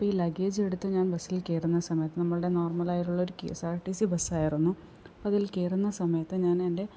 അപ്പോള് ഈ ലഗേജെടുത്ത് ഞാൻ ബസ്സില് കയറുന്ന സമയത്ത് നമ്മളുടെ നോർമലായുള്ള ഒരു K S R T C ബസ്സായിരുന്നു അപ്പോള് അതിൽ കയറുന്ന സമയത്ത് ഞാൻ എൻ്റെ